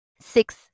Six